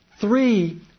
three